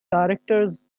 directors